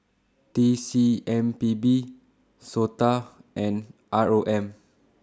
T C M P B Sota and R O M